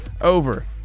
Over